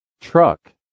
Truck